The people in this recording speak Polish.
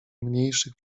mniejszych